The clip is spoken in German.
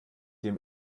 dem